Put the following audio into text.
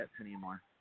anymore